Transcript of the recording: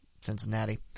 Cincinnati